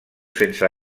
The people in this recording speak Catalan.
sense